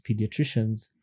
pediatricians